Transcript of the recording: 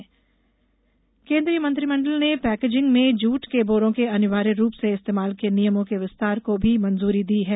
petrol ethanol केन्द्रीय मंत्रिमंडल ने पैकेजिंग में जूट के बोरों के अनिवार्य रूप से इस्तेमाल के नियमों के विस्तार को भी मंजूरी दी है